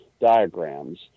diagrams